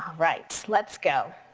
um right, let's go.